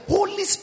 Holy